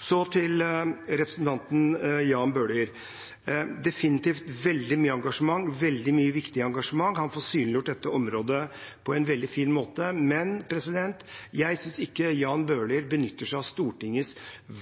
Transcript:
Så til representanten Jan Bøhler. Det er definitivt veldig mye engasjement, veldig mye viktig engasjement, og han får synliggjort dette området på en veldig fin måte, men jeg synes ikke Jan Bøhler benytter seg av Stortingets